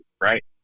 right